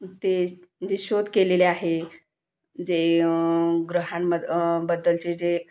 ते जे शोध केलेले आहे जे ग्रहांब बद्दलचे जे